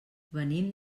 venim